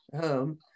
home